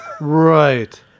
Right